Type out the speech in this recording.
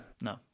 No